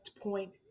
point